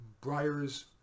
Briar's